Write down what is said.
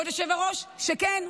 כבוד היושב-ראש, שכן.